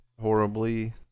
horribly